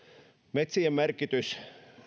metsien merkitys